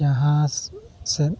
ᱡᱟᱦᱟᱸ ᱥᱮᱫ